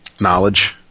Knowledge